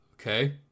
Okay